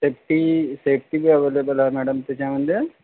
safety safety बी available आहे madam त्याच्यामध्ये